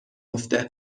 افته